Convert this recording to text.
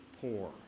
poor